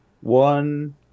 one